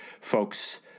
folks